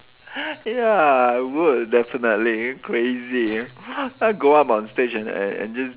ya I would definitely crazy go up on stage and and and just